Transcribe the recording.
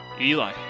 eli